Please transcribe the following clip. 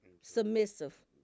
Submissive